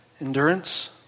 endurance